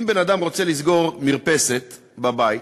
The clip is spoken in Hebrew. אם בן-אדם רוצה לסגור מרפסת בבית,